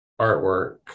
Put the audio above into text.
artwork